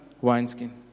wineskin